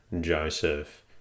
Joseph